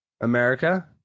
America